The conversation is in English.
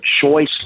choice